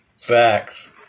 facts